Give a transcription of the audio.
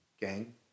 gang